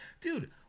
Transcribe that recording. Dude